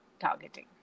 targeting